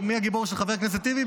מי הגיבור של חבר הכנסת טיבי?